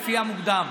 לפי המוקדם.